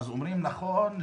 אומרים: נכון,